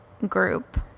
Group